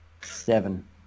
Seven